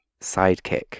sidekick